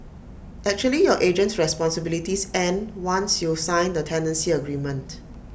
actually your agent's responsibilities end once you sign the tenancy agreement